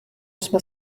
jsme